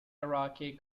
iraqi